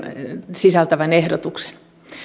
sisältävän ehdotuksen